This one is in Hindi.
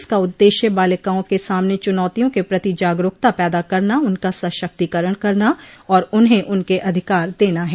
इसका उद्देश्य बालिकाओं के सामने चुनौतियों के प्रति जागरूकता पैदा करना उनका सशक्तिकरण करना और उन्हें उनके अधिकार देना है